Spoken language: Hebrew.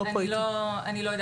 לירון?